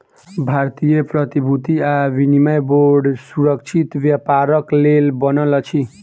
भारतीय प्रतिभूति आ विनिमय बोर्ड सुरक्षित व्यापारक लेल बनल अछि